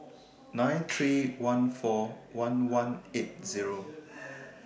nine three one four one one eight Zero